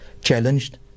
challenged